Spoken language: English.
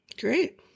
Great